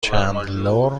چندلر